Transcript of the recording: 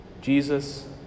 Jesus